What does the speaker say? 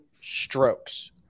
strokes